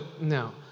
no